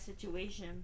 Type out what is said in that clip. situation